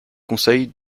conseils